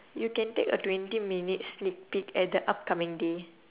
you can take a twenty minute sneak peek at the upcoming day